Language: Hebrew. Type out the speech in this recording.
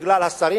בגלל השרים,